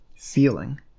feeling